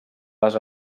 les